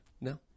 No